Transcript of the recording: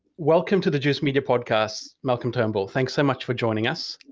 welcome to the juice media podcast, malcolm turnbull, thanks so much for joining us.